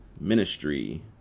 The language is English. ministry